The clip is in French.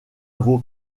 vos